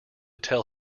tell